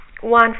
one